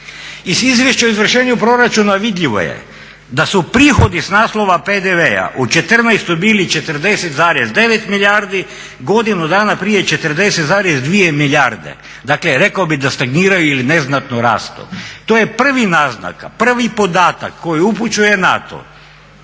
Iz Izvješća o izvršenju proračuna vidljivo je da su prihodi s naslova PDV-a u 2014. bili 40,9 milijardi, godinu dana prije 40,2 milijarde. Dakle, rekao bih da stagniraju ili neznatno rastu. To je prvi podatak koji upućuje na